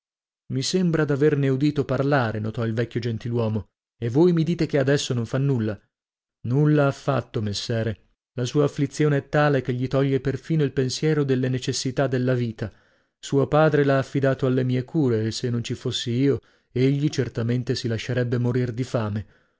mi sembra d'averne udito parlare notò il vecchio gentiluomo e voi mi dite che adesso non fa nulla nulla affatto messere la sua afflizione è tale che gli toglie perfino il pensiero delle necessità della vita suo padre l'ha affidato alle mie cure e se non ci fossi io egli certamente si lascerebbe morir di fame